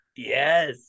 yes